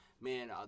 man